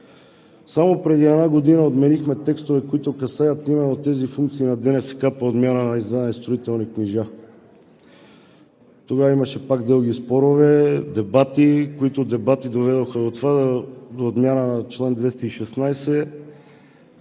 Само преди една година отменихме текстове, които касаят именно тези функции на ДНСК – подмяна на издадени строителни книжа. Тогава имаше пак дълги спорове, дебати, които доведоха до отмяна на чл. 216